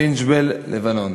בינת-ג'בייל, לבנון.